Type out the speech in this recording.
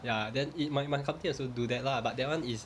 ya then it my my company also do that lah but that one is